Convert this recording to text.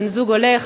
בן-הזוג הולך